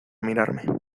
mirarme